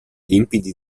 limpidi